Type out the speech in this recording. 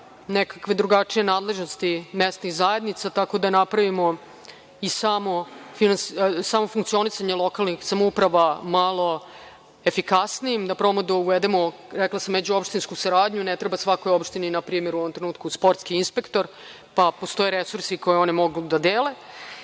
nekakve drugačije nadležnosti mesnih zajednica, tako da napravimo i samo funkcionisanje lokalnih samouprava malo efikasnijim, da probamo da uvedemo, rekla sam, među-opštinsku saradnju. Ne treba svakoj opštini, na primer, u ovom trenutku sportski inspektor, pa postoje resursi koje oni mogu da dele. Sa